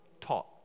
taught